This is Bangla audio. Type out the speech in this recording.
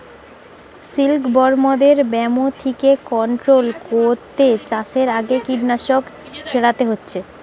সিল্কবরমদের ব্যামো থিকে কন্ট্রোল কোরতে চাষের আগে কীটনাশক ছোড়াতে হচ্ছে